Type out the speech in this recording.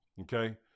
okay